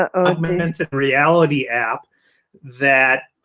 augmented reality app that